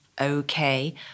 Okay